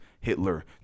Hitler